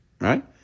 right